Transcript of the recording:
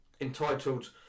entitled